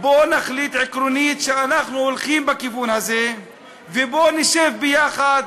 בוא נחליט עקרונית שאנחנו הולכים בכיוון הזה ובוא נשב ביחד,